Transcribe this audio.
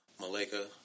Malika